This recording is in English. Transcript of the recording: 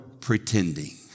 pretending